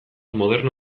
moderno